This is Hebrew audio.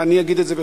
ואני אגיד את זה,